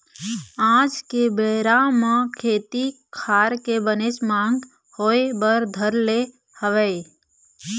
आज के बेरा म खेती खार के बनेच मांग होय बर धर ले हवय